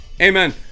Amen